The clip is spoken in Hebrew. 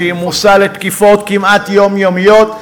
שהיא מושא לתקיפות כמעט יומיומיות.